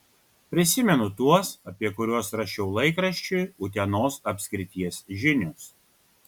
prisimenu tuos apie kuriuos rašiau laikraščiui utenos apskrities žinios